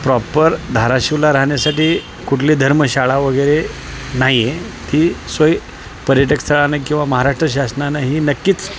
proper धाराशिवला राहण्यासाठी कुठली धर्मशाळा वगैरे नाही आहे ती सोय पर्यटकस्थळांना किंवा महाराष्ट्र शासनानं ही नक्कीच